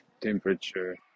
temperature